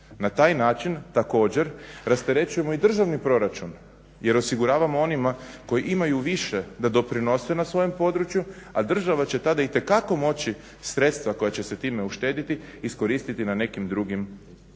N taj način također rasterećujemo i državni proračun jer osiguravamo onima koji imaju više da doprinose na svojem području a država će tada itekako moći sredstva koja će se time uštediti iskoristiti na nekim drugim područjima.